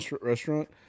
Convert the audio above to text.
restaurant